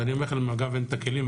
ואני אומר לכם: למג"ב אין את הכלים,